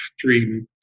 three